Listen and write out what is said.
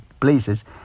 places